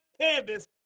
canvas